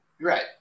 Right